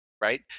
Right